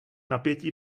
napětí